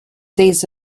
these